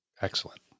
Excellent